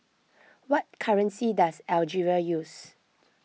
what currency does Algeria use